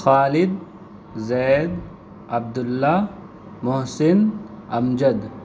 Khalid Zaid Abdullah Mohsin Amjad